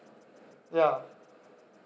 ya